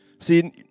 See